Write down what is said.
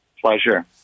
Pleasure